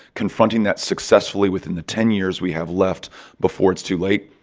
confronting that successfully within the ten years we have left before it's too late,